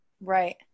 Right